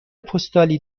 پستالی